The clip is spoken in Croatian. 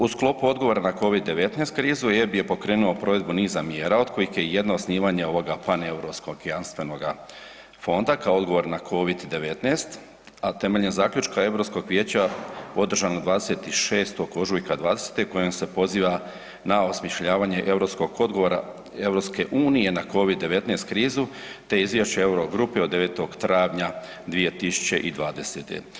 U sklopu odgovora na Covid-19 krizu EIB je pokrenuo provedbu niza mjera od kojih je jedna osnivanje Paneuropskog jamstvenog fonda kao odgovor na Covid-19, a temeljem zaključka Europskog vijeća održanog 26. ožujka '20. kojom se poziva na osmišljavanje europskog odgovora EU na Covid-19 krizu te izvješće euro grupi od 9. travnja 2020.